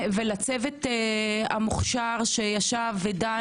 ולצוות המוכשר שישב ודן